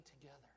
together